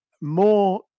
more